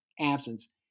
absence